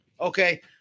Okay